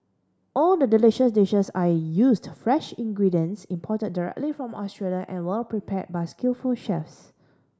all the delicious dishes are used fresh ingredients imported directly from Australia and well prepared by skillful chefs